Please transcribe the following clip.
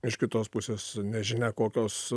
iš kitos pusės nežinia kokios